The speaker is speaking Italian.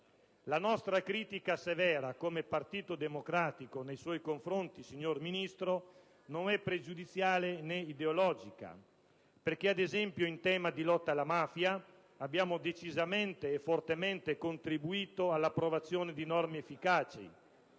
La nostra critica severa, come Partito Democratico, nei confronti del Ministro non è pregiudiziale né ideologica, perché ad esempio in tema di lotta alla mafia abbiamo decisamente e fortemente contribuito all'approvazione di norme efficaci.